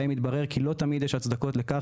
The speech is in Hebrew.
שבהם התברר כי לא תמיד יש הצדקות לכך